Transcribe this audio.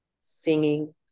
singing